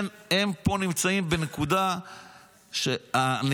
עכשיו, שנינו יודעים שבכוח לא הולך.